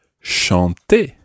chanter